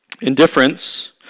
Indifference